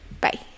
Bye